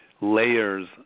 layers